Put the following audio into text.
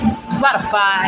spotify